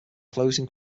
closing